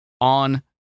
on